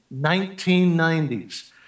1990s